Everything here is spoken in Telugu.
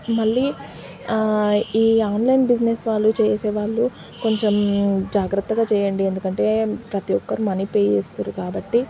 మళ్ళీ ఆ ఈ ఆన్లైన్ బిజినెస్ వాళ్ళు చేసే వాళ్ళు కొంచెం జాగ్రత్తగా చేయండి ఎందుకంటే ప్రతి ఒక్కరు మనీ పే చేస్తుండ్రు కాబట్టి